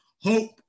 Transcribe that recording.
hope